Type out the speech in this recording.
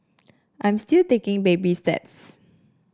I'm still taking baby steps